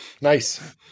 Nice